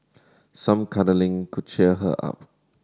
some cuddling could cheer her up